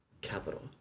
capital